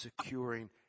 securing